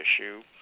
issue